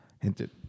hinted